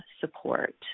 support